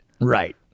Right